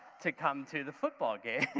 to come to the football games.